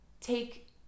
take